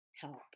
help